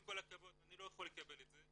עם כל הכבוד, אני לא יכול לקבל את זה.